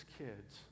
kids